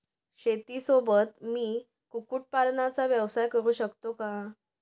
शेतीसोबत मी कुक्कुटपालनाचा व्यवसाय करु शकतो का?